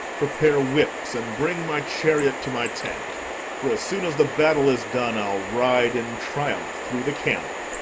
prepare whips, and bring my chariot to my tent for, as soon as the battle is done, i'll ride in triumph through the camp.